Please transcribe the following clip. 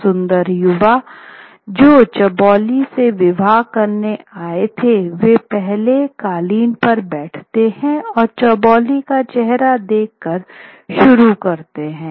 सुंदर युवा जो चबोली से विवाह करने आये हैं वे पहले कालीन पर बैठते हैं और चौबोलि का चेहरा देखकर शुरू करते हैं